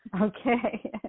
Okay